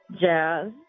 jazz